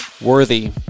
worthy